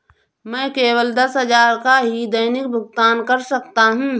मैं केवल दस हजार का ही दैनिक भुगतान कर सकता हूँ